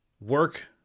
work